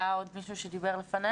האם היה עוד מישהו שדיבר לפניה?